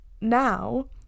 now